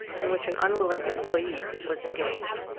in which an unwilling employee was engaged.